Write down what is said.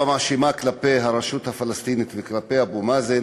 כלפי הרשות הפלסטינית וכלפי אבו מאזן